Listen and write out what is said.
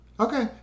Okay